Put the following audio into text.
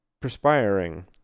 perspiring